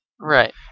Right